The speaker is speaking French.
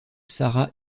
sara